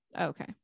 okay